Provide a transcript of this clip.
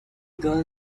girl